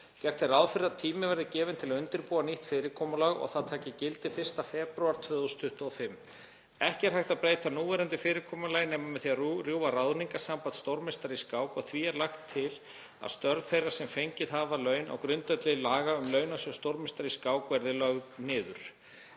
Gert er ráð fyrir að tími verði gefinn til að undirbúa nýtt fyrirkomulag og það taki gildi 1. febrúar 2025. Ekki er hægt að breyta núverandi fyrirkomulagi nema með því að rjúfa ráðningarsamband stórmeistara í skák og því er lagt til að störf þeirra sem fengið hafa laun á grundvelli laga um launasjóð stórmeistara í skák verði lögð niður.